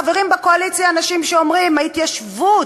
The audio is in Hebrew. חברים בקואליציה אנשים שאומרים: ההתיישבות,